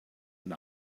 and